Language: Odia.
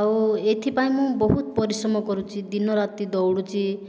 ଆଉ ଏଇଥିପାଇଁ ମୁଁ ବହୁତ ପରିଶ୍ରମ କରୁଛି ଦିନ ରାତି ଦୌଡ଼ୁଛି